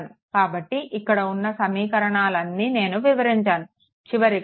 కాబట్టి ఇక్కడ ఉన్న సమీకరణాలు అన్నీ నేను వివరించాను చివరిగా సమాధానం 2